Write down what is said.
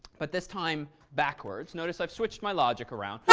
but this time backwards. notice, i've switched my logic around.